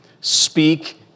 speak